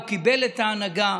הוא קיבל את ההנהגה.